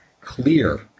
clear